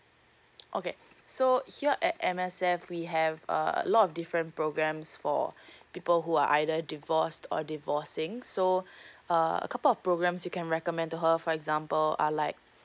okay so here at M_S_F we have uh a lot of different programs for people who are either divorced or divorcing so uh a couple of programs you can recommend to her for example are like